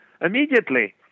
immediately